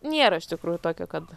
nėra iš tikrųjų tokio kad